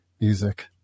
music